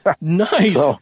Nice